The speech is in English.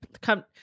Come